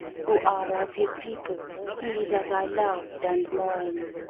who are of his people he that i loved and mourn!